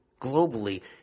globally